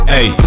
Hey